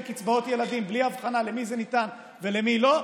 קצבאות ילדים בלי הבחנה למי זה ניתן ולמי לא,